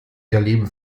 erleben